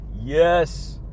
Yes